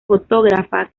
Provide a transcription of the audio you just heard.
fotógrafa